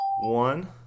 One